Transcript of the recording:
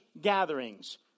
gatherings